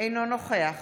אינו נוכח